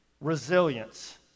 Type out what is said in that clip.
resilience